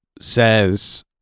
says